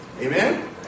Amen